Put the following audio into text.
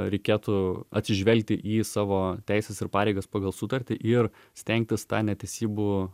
reikėtų atsižvelgti į savo teises ir pareigas pagal sutartį ir stengtis tą netesybų